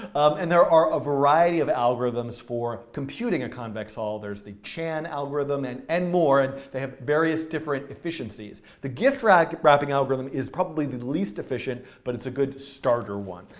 and there are a variety of algorithms for computing a convex hull. there's the chan algorithm, and and more. and they have various different efficiencies. the gift wrapping wrapping algorithm is probably the least efficient, but it's a good starter one.